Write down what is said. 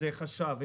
חשב,